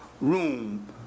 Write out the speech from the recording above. room